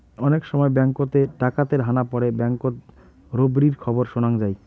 অনেক সময় ব্যাঙ্ককোত এ ডাকাতের হানা পড়ে ব্যাঙ্ককোত রোবেরির খবর শোনাং যাই